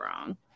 wrong